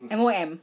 M_O_M